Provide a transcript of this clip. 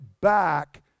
back